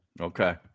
okay